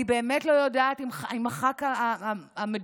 אני באמת לא יודעת אם הח"כ המדובר